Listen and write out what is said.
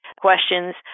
questions